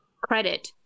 credit